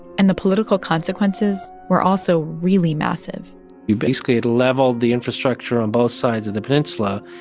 and the political consequences were also really massive you basically had leveled the infrastructure on both sides of the peninsula,